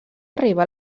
arribar